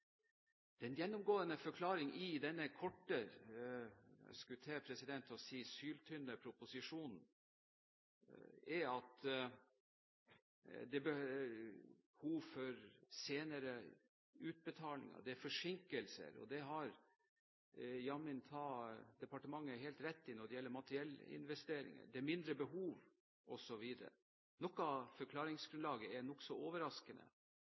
Den gjennomgående forklaring i denne korte og – jeg skulle til å si syltynne – proposisjonen er at det er behov for senere utbetalinger, det er forsinkelser – det har jammen ta departementet helt rett i når det gjelder materiellinvesteringer – det er mindre behov, osv. Noe av forklaringsgrunnlaget er nokså overraskende,